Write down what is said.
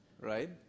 right